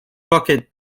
bucket